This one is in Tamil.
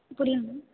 புரியல மேம்